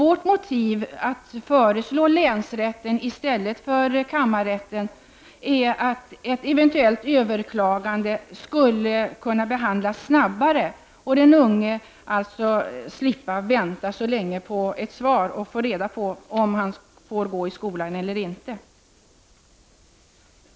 Vårt motiv att föreslå länsrätten i stället för kammarrätten som första överklagandeinstans är att ett eventuellt överklagande skulle kunna behandlas snabbare och den unge slippa få vänta så länge på ett svar och få reda på om han får gå i skolan eller inte.